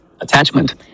Attachment